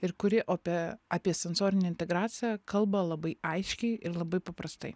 ir kuri apie apie sensorinę integraciją kalba labai aiškiai ir labai paprastai